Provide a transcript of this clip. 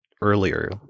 earlier